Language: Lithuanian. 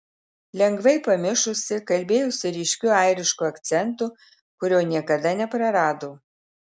lengvai pamišusi kalbėjusi ryškiu airišku akcentu kurio niekada neprarado